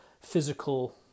physical